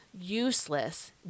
useless